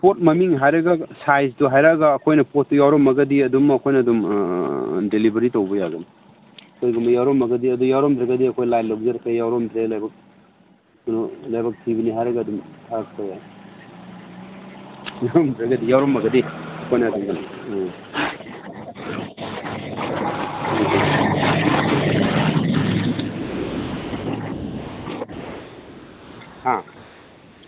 ꯑꯗꯨꯒ ꯄꯣꯠ ꯃꯃꯤꯡ ꯍꯥꯏꯔꯒ ꯁꯥꯏꯖꯁꯨ ꯍꯥꯏꯔꯛꯑꯒ ꯑꯩꯈꯣꯏꯅ ꯄꯣꯠꯇꯨ ꯌꯥꯎꯔꯝꯃꯒꯗꯤ ꯑꯗꯨꯝ ꯑꯩꯈꯣꯏꯅ ꯑꯗꯨꯝ ꯗꯦꯂꯤꯕꯔꯤ ꯇꯧꯕ ꯌꯥꯒꯅꯤ ꯀꯩꯒꯨꯝꯕ ꯌꯥꯎꯔꯝꯃꯒꯗꯤ ꯑꯗꯨ ꯌꯥꯎꯔꯝꯗ꯭ꯔꯒꯗꯤ ꯑꯩꯈꯣꯏ ꯂꯥꯏꯟ ꯂꯧꯖꯔꯛꯀꯦ ꯌꯥꯎꯔꯝꯗ꯭ꯔꯦ ꯂꯥꯏꯕꯛ ꯀꯩꯅꯣ ꯂꯥꯏꯕꯛ ꯊꯤꯕꯅꯤ ꯍꯥꯏꯔꯒ ꯑꯗꯨꯝ ꯌꯥꯎꯔꯝꯗ꯭ꯔꯒꯗꯤ ꯌꯥꯎꯔꯝꯃꯒꯗꯤ ꯑꯩꯈꯣꯏꯅ ꯑꯗꯨꯝ ꯍꯥ